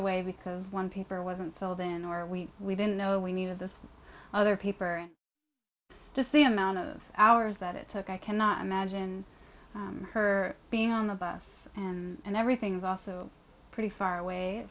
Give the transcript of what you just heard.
away because one paper wasn't filled in or we we didn't know we knew of the other paper just the amount of hours that it took i cannot imagine her being on the bus and everything is also pretty far away